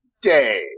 day